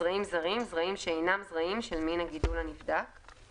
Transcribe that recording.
"זרעים זרים" - זרעים שאינם זרעים של מין הגידול הנבדק,";